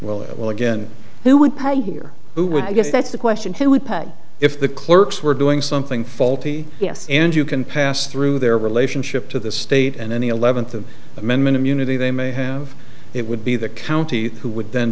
well it will again who would probably or who would i guess that's the question who would if the clerks were doing something faulty yes and you can pass through their relationship to the state and any eleventh of amendment immunity they may have it would be the county who would then